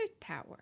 tower